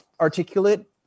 articulate